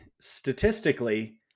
statistically